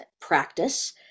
practice